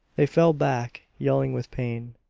they fell back, yelling with pain,